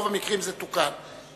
ברוב המקרים זה תוקן.